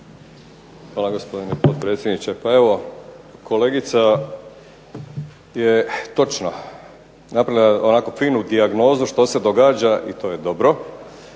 lijepa gospodine potpredsjedniče. Pa evo kolegica je točno napravila onako finu dijagnozu što se događa i to je dobro,